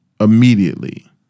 Immediately